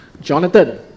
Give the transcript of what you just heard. Jonathan